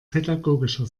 pädagogischer